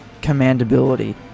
commandability